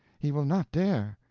he will not dare!